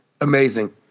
Amazing